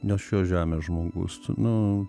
ne šios žemės žmogus nu